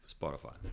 Spotify